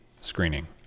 screening